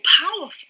powerful